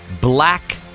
black